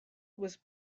was